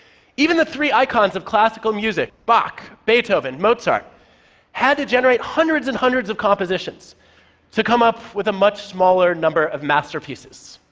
even the three icons of classical music bach, beethoven, mozart had to generate hundreds and hundreds of compositions to come up with a much smaller number of masterpieces.